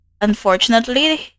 Unfortunately